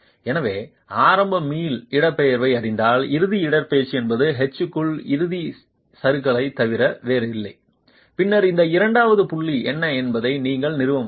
எனவே ஆரம்ப மீள் இடப்பெயர்வை அறிந்தால் இறுதி இடப்பெயர்ச்சி என்பது h க்குள் இறுதி சறுக்கலைத் தவிர வேறில்லை பின்னர் இந்த இரண்டாவது புள்ளி என்ன என்பதை நீங்கள் நிறுவ முடியும்